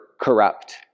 corrupt